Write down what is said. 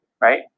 right